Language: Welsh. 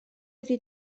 ydy